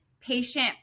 patient